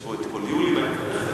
יש פה כל יולי באמצע.